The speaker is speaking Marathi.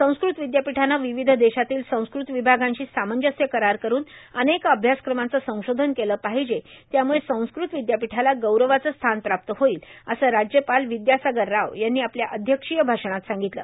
संस्कृत विद्यापीठानं विविध देशातील संस्कृत विभागांशी सामंजस्य करार करून अनेक अभ्यासक्रमांचं संशोधन केलं पाहिजे त्यामुळं संस्कृत विद्यापीठाला गौरवाचं स्थान प्राप्त होईल असं राज्यपाल विद्यासागर राव यांनी आपल्या अध्यक्षीय भाषणात सांगितलं